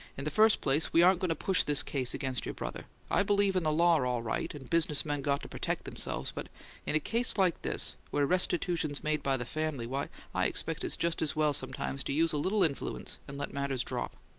in the first place, we aren't going to push this case against your brother. i believe in the law, all right, and business men got to protect themselves but in a case like this, where restitution's made by the family, why, i expect it's just as well sometimes to use a little influence and let matters drop.